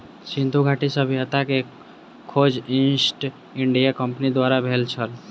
सिंधु घाटी सभ्यता के खोज ईस्ट इंडिया कंपनीक द्वारा भेल छल